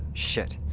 shit,